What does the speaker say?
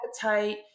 appetite